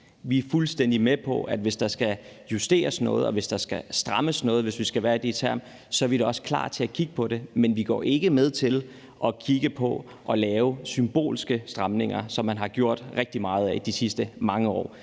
Vi er fuldstændig med på, at hvis der skal justeres noget, og hvis der skal strammes noget, hvis vi skal blive i de termer, er vi da også klar til at kigge på det. Men vi går ikke med til at kigge på at lave symbolske stramninger, som man har gjort rigtig meget af de sidste mange år.